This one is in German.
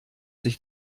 sich